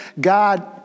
God